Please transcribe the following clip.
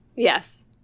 Yes